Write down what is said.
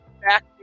back